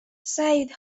سعید